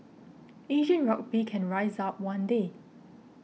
Asian rugby can rise up one day